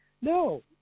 No